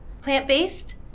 plant-based